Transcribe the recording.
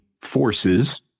forces